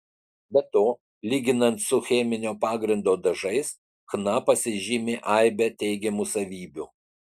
be to lyginant su cheminio pagrindo dažais chna pasižymi aibe teigiamų savybių